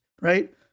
right